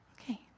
Okay